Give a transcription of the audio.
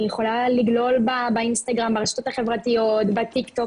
אני יכולה לגלול באינסטגרם ברשתות החברתיות בטיקטוק